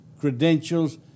credentials